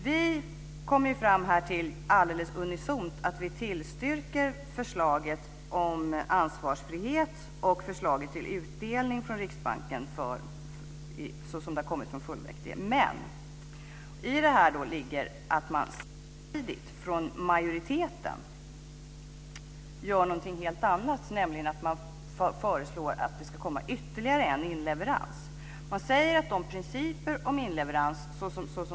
Vi kom ju alldeles unisont fram till att tillstyrka förslaget om ansvarsfrihet och förslaget till utdelning från Riksbanken som det har kommit från fullmäktige. Men i det här ligger att man samtidigt från majoriteten gör något helt annat. Man föreslår nämligen att det ska komma ytterligare en inleverans. Man talar om principerna i fråga om inleverans.